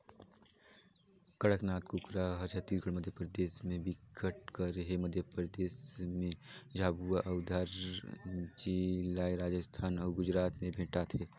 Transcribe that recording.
कड़कनाथ कुकरा हर छत्तीसगढ़, मध्यपरदेस में बिकट कर हे, मध्य परदेस में झाबुआ अउ धार जिलाए राजस्थान अउ गुजरात में भेंटाथे